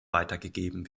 weitergegeben